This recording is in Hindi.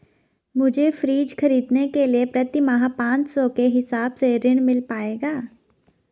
मुझे फ्रीज खरीदने के लिए प्रति माह पाँच सौ के हिसाब से ऋण मिल पाएगा?